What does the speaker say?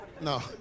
no